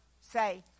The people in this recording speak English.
say